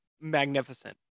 magnificent